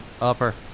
Upper